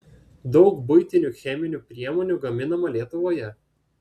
daug buitinių cheminių priemonių gaminama lietuvoje